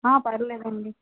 పర్లేదండి